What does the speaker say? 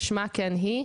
כשמה כן היא,